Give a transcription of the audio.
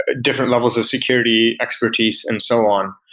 ah different levels of security expertise and so on.